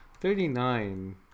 Thirty-nine